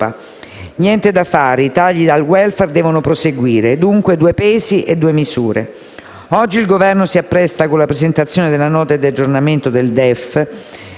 Niente da fare, i tagli al *welfare* devono proseguire. Dunque, due pesi e due misure. Il Governo, con la presentazione della Nota di aggiornamento del DEF